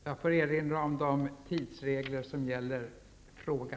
Jag får erinra om de tidsregler som gäller för fråga.